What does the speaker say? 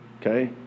Okay